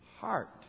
heart